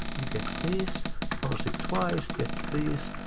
we get this. rolls it twice. gets this.